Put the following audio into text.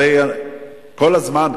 הרי כל הזמן,